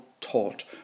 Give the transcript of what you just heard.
taught